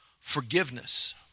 forgiveness